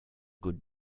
good